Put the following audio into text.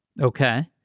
Okay